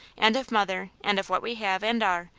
and of mother, and of what we have, and are,